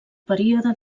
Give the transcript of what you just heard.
període